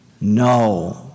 No